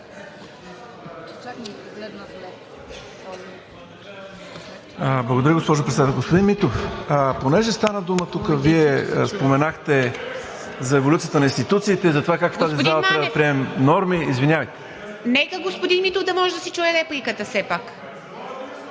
Благодаря, господин Тотев.